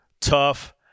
tough